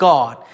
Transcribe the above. God